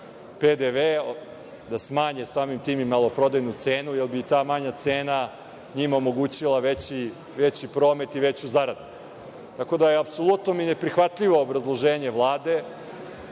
PDV, da samim tim smanje i maloprodajnu cenu, jer bi ta manja cena njima omogućila veći promet i veću zaradu. Tako da mi je apsolutno neprihvatljivo obrazloženje Vlade.